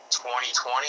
2020